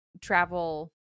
travel